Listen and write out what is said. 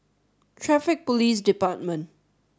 Traffic Police Department